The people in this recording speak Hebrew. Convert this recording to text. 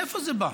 מאיפה זה בא?